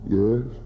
yes